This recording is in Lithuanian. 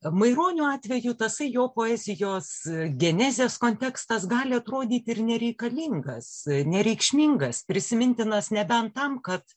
maironio atveju tasai jo poezijos genezės kontekstas gali atrodyti ir nereikalingas nereikšmingas prisimintinas nebent tam kad